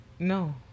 No